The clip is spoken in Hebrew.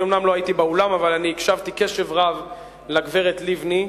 אני אומנם לא הייתי באולם אבל אני הקשבתי קשב רב לגברת לבני,